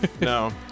No